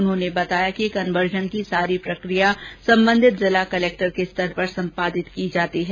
उन्होंने बताया कि कन्वर्जन की सारी प्रक्रिया सम्बन्धित जिला कलक्टर के स्तर पर सम्पादित की जाती है